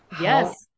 Yes